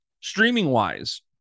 Streaming-wise